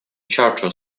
charter